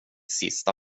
sista